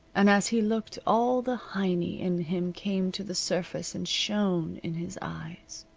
and as he looked all the heiny in him came to the surface and shone in his eyes.